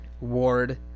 Ward